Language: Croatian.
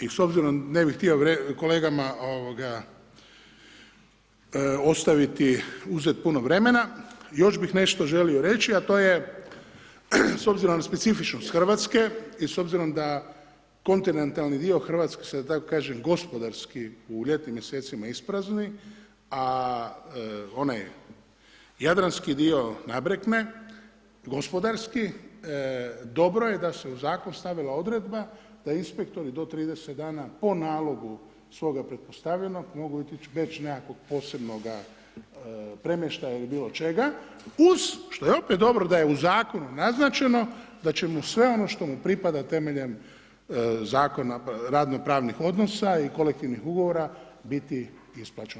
I s obzirom, ne bi htio kolegama uzeti puno vremena, još bih nešto želio reći a to je s obzirom na specifičnost Hrvatske i s obzirom da kontinentalni dio Hrvatske se da tako kažem, gospodarski u ljetnim mjeseci a onaj jadranski dio nabrekne gospodarski, dobro je da se u zakon stavila odredba da inspektori do 30 dana po nalogu svoga pretpostavljenog mogu otići bez nekakvog posebnog premještaja ili bilo čega uz što je opet dobro da je u zakonu naznačeno da će mu sve ono što mu pripada temeljem zakona, radno pravnih odnosa i kolektivnih ugovora biti isplaćeno.